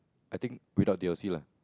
I think without D_L_C lah